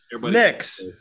Next